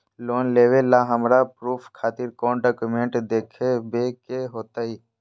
Loan लेबे ला हमरा प्रूफ खातिर कौन डॉक्यूमेंट देखबे के होतई?